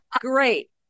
great